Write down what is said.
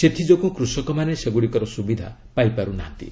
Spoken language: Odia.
ସେଥିଯୋଗୁଁ କୃଷକମାନେ ସେଗୁଡ଼ିକର ସୁବିଧା ପାଇପାରୁ ନାହାନ୍ତି